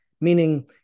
Meaning